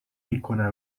میکنه